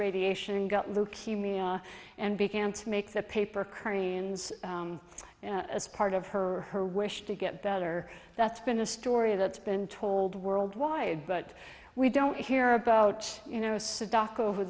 radiation and got leukemia and began to make the paper koreans as part of her or her wish to get better that's been a story that's been told worldwide but we don't hear about you know sudhakar over